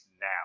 now